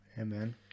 Amen